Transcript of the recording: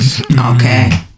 Okay